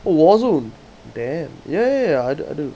oh warzone damn ya ya ya I do I do